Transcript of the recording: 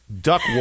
Duck